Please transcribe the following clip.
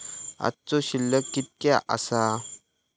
आजचो शिल्लक कीतक्या आसा?